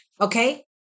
Okay